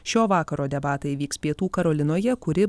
šio vakaro debatai vyks pietų karolinoje kuri